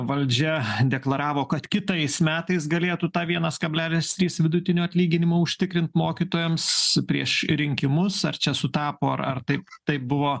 valdžia deklaravo kad kitais metais galėtų tą vienas kablelis trys vidutinio atlyginimo užtikrint mokytojams prieš rinkimus ar čia sutapo ar ar taip taip buvo